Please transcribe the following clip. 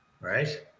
right